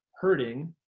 hurting